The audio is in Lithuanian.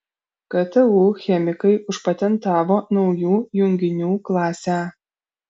ktu chemikai užpatentavo naujų junginių klasę